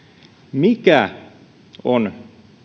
mikä on